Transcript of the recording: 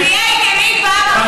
תהיה ענייני.